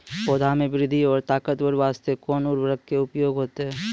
पौधा मे बृद्धि और ताकतवर बास्ते कोन उर्वरक के उपयोग होतै?